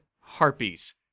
Harpies